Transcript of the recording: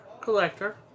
collector